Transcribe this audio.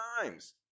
times